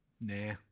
nah